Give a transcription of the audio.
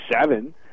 seven